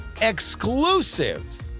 exclusive